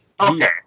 Okay